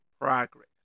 progress